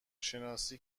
شناسی